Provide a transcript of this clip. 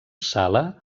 sala